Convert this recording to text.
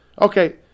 Okay